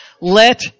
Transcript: Let